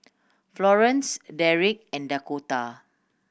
Florence Derek and Dakotah